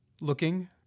looking